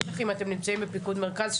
בטח אם אתם נמצאים בפיקוד מרכז,